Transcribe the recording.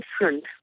different